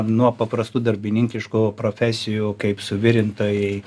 nuo paprastų darbininkiškų profesijų kaip suvirintojai